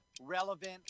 relevant